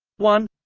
one,